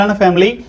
family